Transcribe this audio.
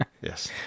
Yes